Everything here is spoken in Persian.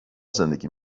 زندگی